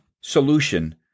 solution